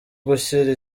gushyira